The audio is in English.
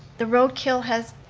the roadkill has